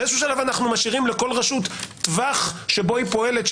באיזשהו שלב אנחנו משארים לכל רשות טווח שבו היא פועלת,